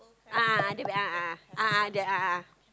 a'ah the bag a'ah a'ah the a'ah